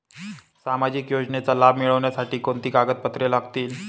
सामाजिक योजनेचा लाभ मिळण्यासाठी कोणती कागदपत्रे लागतील?